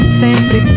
sempre